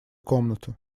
комнату